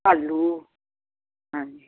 ਭਾਲੂ ਹਾਂਜੀ